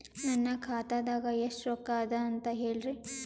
ನನ್ನ ಖಾತಾದಾಗ ಎಷ್ಟ ರೊಕ್ಕ ಅದ ಅಂತ ಹೇಳರಿ?